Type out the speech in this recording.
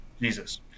Jesus